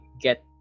get